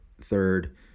third